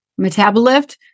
Metabolift